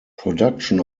production